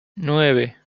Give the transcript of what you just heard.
nueve